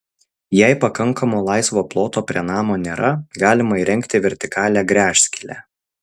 jei pakankamo laisvo ploto prie namo nėra galima įrengti vertikalią gręžskylę